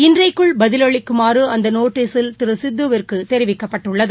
இன்றைக்குள் பதிலளிக்குமாறுஅந்தநோட்டஸில் திருசித்துவிற்குதெரிவிக்கப்பட்டுள்ளது